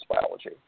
biology